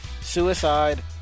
Suicide